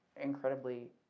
incredibly